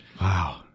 wow